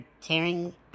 tearing